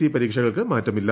C പരീക്ഷകൾക്ക് മാറ്റമില്ല